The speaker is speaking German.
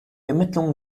ermittlungen